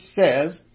says